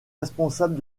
responsable